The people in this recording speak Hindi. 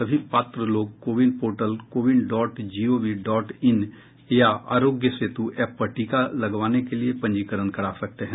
सभी पात्र लोग CoWIN portal CoWIN dot GOV dot in या आरोग्य सेतु एप पर टीका लगवाने के लिए पंजीकरण करा सकते हैं